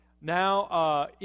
now